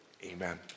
Amen